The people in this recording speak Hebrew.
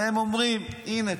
והם אומרים: הינה,